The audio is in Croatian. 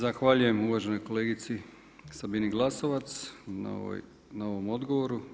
Zahvaljujem uvaženoj kolegici Sabini Glasovac na ovom odgovoru.